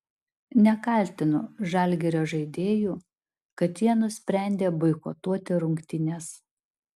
nekaltinu žalgirio žaidėjų kad jie nusprendė boikotuoti rungtynes